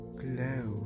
glow